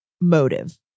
Motive